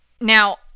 now